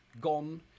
gone